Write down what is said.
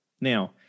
Now